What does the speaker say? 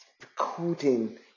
recording